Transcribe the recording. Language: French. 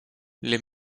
les